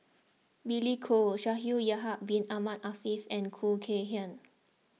Billy Koh Shaikh Yahya Bin Ahmed Afifi and Khoo Kay Hian